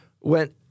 went